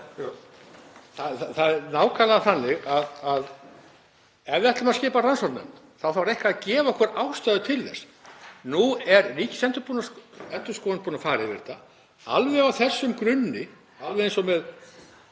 Það er nákvæmlega þannig að ef við ætlum að skipa rannsóknarnefnd þarf eitthvað að gefa okkur ástæðu til þess. Nú er Ríkisendurskoðun búin að fara yfir þetta á þessum grunni, alveg eins og með